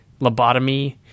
lobotomy